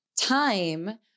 Time